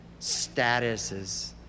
statuses